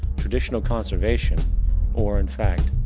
traditional conservation or, in fact,